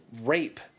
rape